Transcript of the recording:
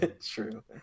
true